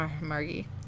Margie